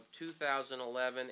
2011